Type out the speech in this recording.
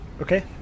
Okay